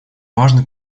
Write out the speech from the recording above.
важный